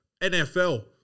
NFL